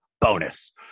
bonus